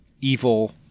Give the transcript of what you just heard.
evil